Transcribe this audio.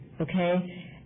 okay